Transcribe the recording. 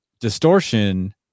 distortion